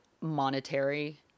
monetary